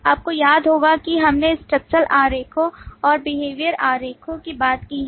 आपको याद होगा कि हमने structural आरेखों और behavioral आरेखों की बात की है